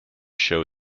show